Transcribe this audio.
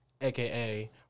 aka